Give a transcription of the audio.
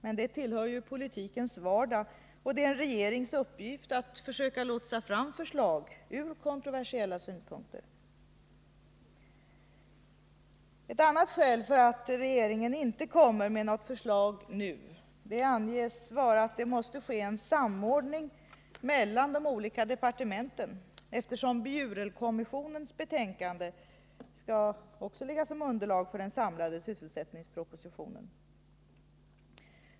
Men sådant tillhör ju politikens vardag, och det är en regerings uppgift att försöka lotsa fram förslag ur kontroversiella synpunkter. Ett annat skäl för att regeringen inte kommer med något förslag nu anges vara att det måste ske en samordning mellan de olika departementen, eftersom också Bjurelkommissionens betänkande skall ligga som underlag för den samlade sysselsättningspropositionen.